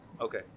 Okay